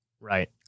Right